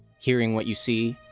hearing what you see,